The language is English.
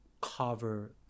cover